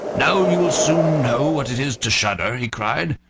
now you will soon know what it is to shudder, he cried,